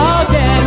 again